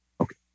okay